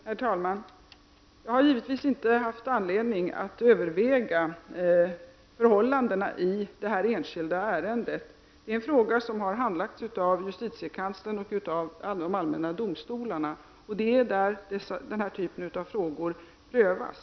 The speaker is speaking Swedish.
Herr talman! Jag har givetvis inte haft anledning att överväga förhållandena i det här enskilda ärendet. Ärendet har handlagts av justitiekanslern och de allmänna domstolarna. Det är hos dem den här typen av frågor prövas.